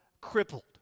crippled